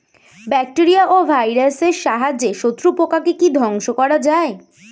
Bacteria ও ভাইরাসের সাহায্যে শত্রু পোকাকে কি ধ্বংস করা যায়?